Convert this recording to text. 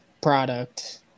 product